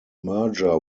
merger